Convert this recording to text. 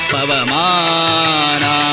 Pavamana